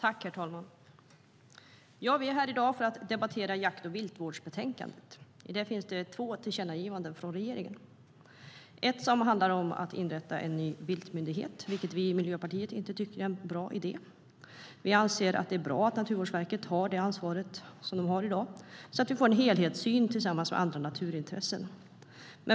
Herr talman! Vi är här i dag för att debattera jakt och viltvårdsbetänkandet. I det finns två tillkännagivanden till regeringen. Det första handlar om att inrätta en viltmyndighet, vilket vi i Miljöpartiet inte tycker är någon bra idé. Vi anser att det är bra att Naturvårdsverket har det ansvar som de har i dag så att vi får en helhetssyn tillsammans med andra naturintressen.